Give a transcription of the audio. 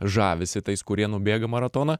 žavisi tais kurie nubėga maratoną